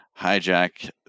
Hijack